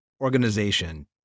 organization